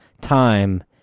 time